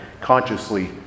consciously